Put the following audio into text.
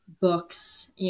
books